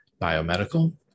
biomedical